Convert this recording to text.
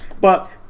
but-